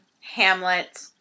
Hamlet